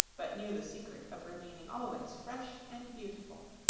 but knew the secret of remaining always fresh and beautiful.